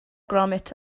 gromit